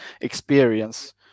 experience